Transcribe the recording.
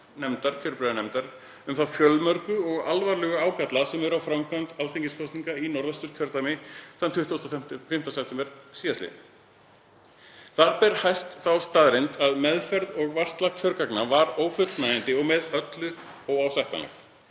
kjörbréfanefndar um þá fjölmörgu og alvarlegu ágalla sem voru á framkvæmd alþingiskosninga í Norðvesturkjördæmi 25. september sl. Þar ber hæst þá staðreynd að meðferð og varsla kjörgagna var ófullnægjandi og með öllu óásættanleg,